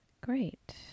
Great